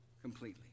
Completely